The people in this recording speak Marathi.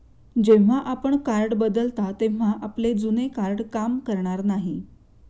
जेव्हा आपण कार्ड बदलता तेव्हा आपले जुने कार्ड काम करणार नाही